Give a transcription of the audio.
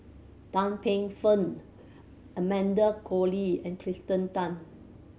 Tan Paey Fern Amanda Koe Lee and Kirsten Tan